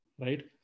right